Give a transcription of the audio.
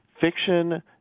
fiction